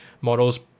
models